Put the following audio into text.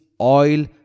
oil